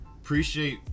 appreciate